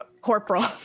Corporal